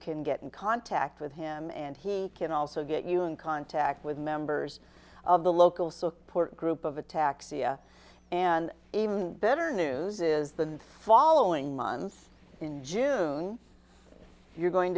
can get in contact with him and he can also get you in contact with members of the local support group of a taxi a and even better news is the following months in june if you're going